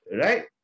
Right